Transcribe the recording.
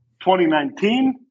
2019